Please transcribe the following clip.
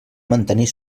mantenir